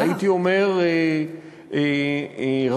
הייתי אומר, ראוי,